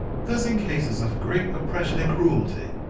thus in cases of great oppression and cruelty,